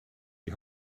die